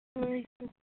ᱦᱳᱭ ᱛᱚ